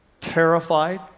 terrified